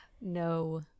No